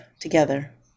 together